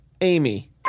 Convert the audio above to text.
Amy